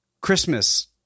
Christmas